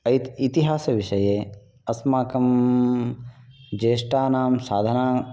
इतिहासविषये अस्माकं ज्येष्ठानां साधना